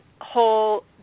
whole